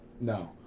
No